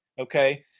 okay